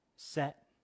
set